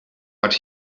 but